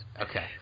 Okay